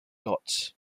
lots